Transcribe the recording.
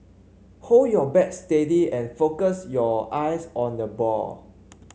hold your bat steady and focus your eyes on the ball